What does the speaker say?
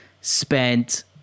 spent